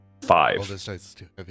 Five